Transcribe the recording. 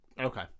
Okay